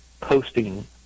posting